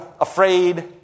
afraid